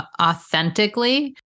authentically